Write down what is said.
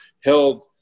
held